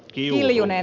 kiljunen